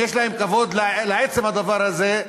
אם יש להם כבוד לעצם הדבר הזה,